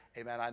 Amen